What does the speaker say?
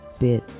bit